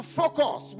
focus